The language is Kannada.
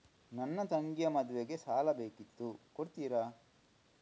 ನನ್ನ ತಂಗಿಯ ಮದ್ವೆಗೆ ಸಾಲ ಬೇಕಿತ್ತು ಕೊಡ್ತೀರಾ?